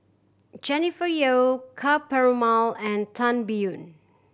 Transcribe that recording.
Jennifer Yeo Ka Perumal and Tan Biyun